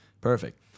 Perfect